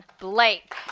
Blake